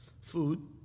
food